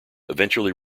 eventually